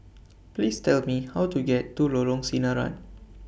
Please Tell Me How to get to Lorong Sinaran